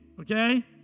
Okay